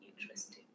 interesting